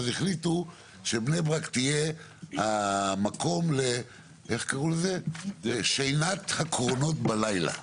אז החליטו שבני ברק תהיה המקום לשינת הקרונות בלילה.